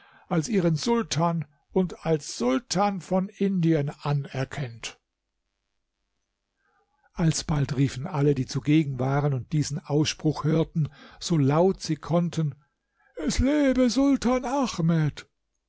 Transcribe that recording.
als ihren sultan und als sultan von indien anerkennt alsbald riefen alle die zugegen waren und diesen ausspruch hörten so laut sie konnten es lebe sultan ahmed